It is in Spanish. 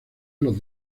los